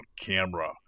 camera